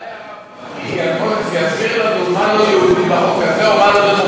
אולי הרב יסביר לנו מה לא יהודי בחוק הזה או מה לא דמוקרטי בחוק,